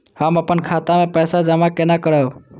हम अपन खाता मे पैसा जमा केना करब?